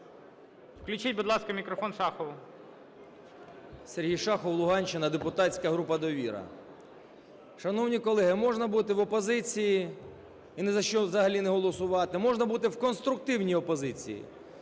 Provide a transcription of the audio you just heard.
Включіть, будь ласка, мікрофон Шахову. 11:42:24 ШАХОВ С.В. Сергій Шахов, Луганщина, депутатська група "Довіра". Шановні колеги, можна бути в опозиції і ні за що взагалі не голосувати, можна бути в конструктивній опозиції.